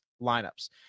lineups